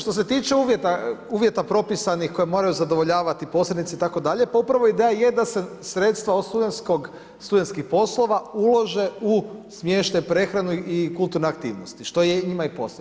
Što se tiče uvjeta propisanih koje moraju zadovoljavati posrednici itd., pa upravo ideja je da se sredstva od studentskih poslova ulože u smještaj, prehranu i kulturne aktivnosti, što je njima i posao.